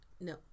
No